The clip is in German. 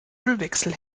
ölwechsel